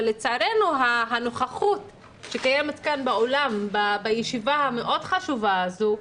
אבל לצערנו הנוכחות שקיימת כאן באולם בישיבה המאוד חשובה הזאת,